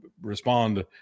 respond